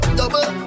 double